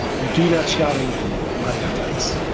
we'll do that shouting right after this,